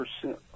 percent